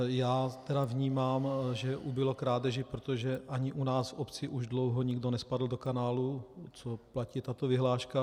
Já tedy vnímám, že ubylo krádeží, protože ani u nás v obci už dlouho nikdo nespadl do kanálu, co platí tato vyhláška.